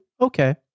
Okay